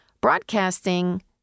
broadcasting